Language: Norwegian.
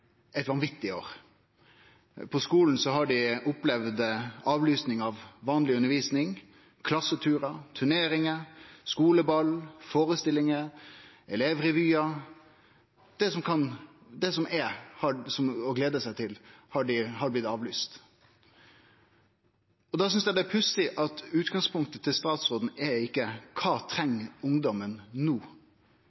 eit vanvittig år. På skulen har dei opplevd avlysing av vanleg undervisning, klasseturar, turneringar, skuleball, førestillingar, elevrevyar. Det som er å glede seg til, har blitt avlyst. Da synest eg det er pussig at utgangspunktet til statsråden ikkje er: Kva treng ungdomen no? Resten av systemet – skuleleiarane, Utdanningsdirektoratet, elevorganisasjonane, lærarorganisasjonane – meiner at dette ikkje